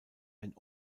ein